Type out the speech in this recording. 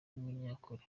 w’umunyakuri